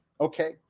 okay